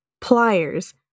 pliers